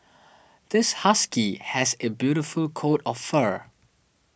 this husky has a beautiful coat of fur